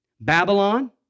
Babylon